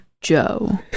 Joe